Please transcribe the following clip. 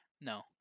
No